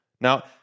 Now